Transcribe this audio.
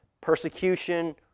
persecution